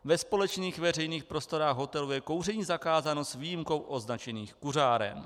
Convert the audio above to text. Ve společných veřejných prostorách hotelu je kouření zakázáno s výjimkou označených kuřáren.